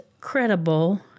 credible